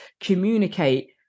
communicate